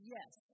Yes